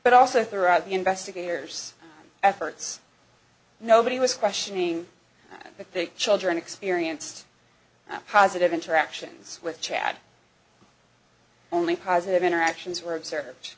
but also throughout the investigators efforts nobody was questioning but the children experienced a positive interactions with chad only positive interactions were observed